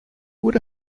would